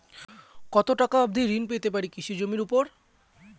কত টাকা অবধি ঋণ পেতে পারি কৃষি জমির উপর?